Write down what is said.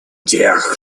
тех